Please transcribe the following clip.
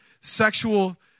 sexual